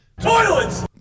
Toilets